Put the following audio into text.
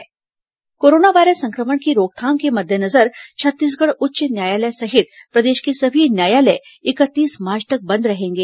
corona high court corona virus संक्रमण की रोकथाम के मद्देनजर छत्तीसगढ़ उच्च न्यायालय सहित प्रदेश के सभी न्यायालय इकतीस मार्च तक बंद रहेंगे